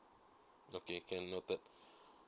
okay can noted